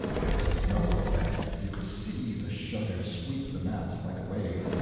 it was a noble effect. you could see the shudder sweep the mass like a wave.